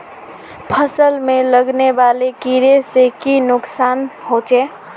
फसल में लगने वाले कीड़े से की नुकसान होचे?